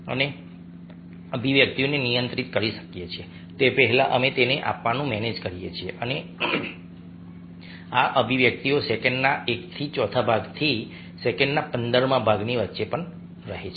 અમે અભિવ્યક્તિઓને નિયંત્રિત કરી શકીએ તે પહેલાં અમે તેને આપવાનું મેનેજ કરીએ છીએ અને આ અભિવ્યક્તિઓ સેકન્ડના એકથી ચોથા ભાગથી સેકન્ડના પંદરમા ભાગની વચ્ચે કંઈપણ રહે છે